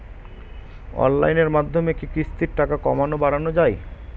অনলাইনের মাধ্যমে কি কিস্তির টাকা কমানো বাড়ানো যায়?